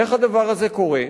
איך הדבר הזה קורה?